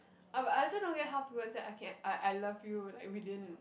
I'm but I also don't get how people say I can I I love you like within